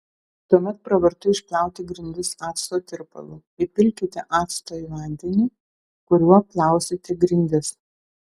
tuomet pravartu išplauti grindis acto tirpalu įpilkite acto į vandenį kuriuo plausite grindis